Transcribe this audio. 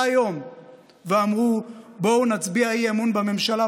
היום ואמרו: בואו נצביע אי-אמון בממשלה,